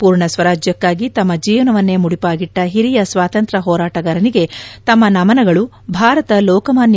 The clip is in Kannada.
ಪೂರ್ಣ ಸ್ವರಾಜ್ಯಕ್ನಾಗಿ ತಮ್ಮ ಜೀವನವನ್ನೆ ಮುಡಿಪಾಗಿಟ್ಗ ಹಿರಿಯ ಸ್ವಾತಂತ್ರ್ರ ಹೋರಾಟಗಾರನಿಗೆ ತಮ್ಮ ನಮನಗಳು ಭಾರತ ಲೋಕಮಾನ್ಲ